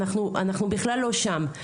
אנחנו בכלל לא שם.